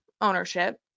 ownership